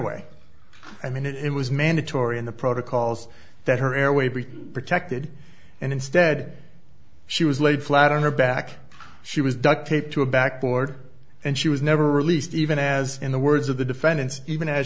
airway i mean it was mandatory in the protocols that her airway be protected and instead she was laid flat on her back she was duct taped to a back board and she was never released even as in the words of the defendant even as